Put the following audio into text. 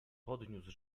podniósł